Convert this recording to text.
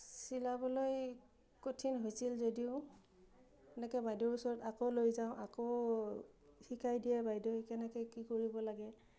চিলাবলৈ কঠিন হৈছিল যদিও এনেকৈ বাইদেউ ওচৰত আকৌ লৈ যাওঁ আকৌ শিকাই দিয়ে বাইদেৱে কেনেকৈ কি কৰিব লাগে